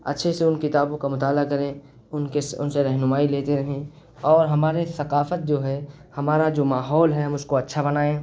اچھے سے ان کتابوں کا مطالعہ کریں ان کے ان سے رہنمائی لیتے رہیں اور ہمارے ثقافت جو ہے ہمارا جو ماحول ہے اس کو اچھا بنائیں